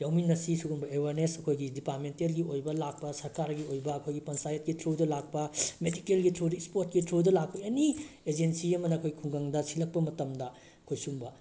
ꯌꯥꯎꯃꯤꯟꯅꯁꯤ ꯁꯤꯒꯨꯝꯕ ꯑꯦꯋꯥꯔꯅꯦꯁ ꯑꯩꯈꯣꯏꯒꯤ ꯗꯤꯄꯥꯔꯠꯃꯦꯟꯇꯦꯜꯒꯤ ꯑꯣꯏꯕ ꯂꯥꯛꯄ ꯁꯔꯀꯥꯔꯒꯤ ꯑꯣꯏꯕ ꯑꯩꯈꯣꯏꯒꯤ ꯄꯟꯆꯥꯌꯠꯀꯤ ꯊ꯭ꯔꯨꯗ ꯂꯥꯛꯄ ꯃꯦꯗꯤꯀꯦꯜꯒꯤ ꯊ꯭ꯔꯨꯗ ꯏꯁꯄꯣꯔꯠꯀꯤ ꯊ꯭ꯔꯨꯗ ꯂꯥꯛꯄ ꯑꯦꯅꯤ ꯑꯦꯖꯦꯟꯁꯤ ꯑꯃꯅ ꯑꯩꯈꯣꯏ ꯈꯨꯡꯒꯪꯗ ꯁꯤꯜꯂꯛ ꯃꯇꯝꯗ ꯑꯩꯈꯣꯏ ꯁꯤꯒꯨꯝꯕ